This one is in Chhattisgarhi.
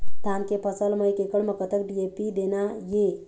धान के फसल म एक एकड़ म कतक डी.ए.पी देना ये?